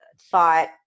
thought